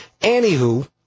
Anywho